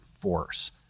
force